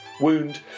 wound